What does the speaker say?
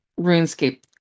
runescape